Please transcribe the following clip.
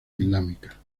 islámica